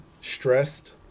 stressed